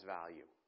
value